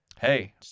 Hey